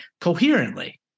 coherently